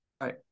Right